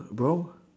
brown